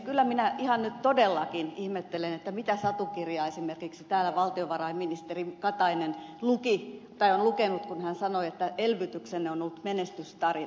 kyllä minä ihan nyt todellakin ihmettelen mitä satukirjaa esimerkiksi täällä valtiovarainministeri katainen luki tai on lukenut kun hän sanoi että elvytyksemme on ollut menestystarina